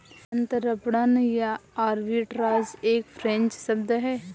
अंतरपणन या आर्बिट्राज एक फ्रेंच शब्द है